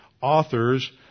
authors